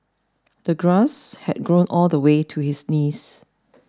the grass had grown all the way to his knees